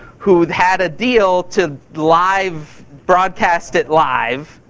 who had a deal to live broadcast it live.